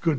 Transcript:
good